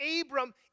Abram